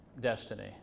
destiny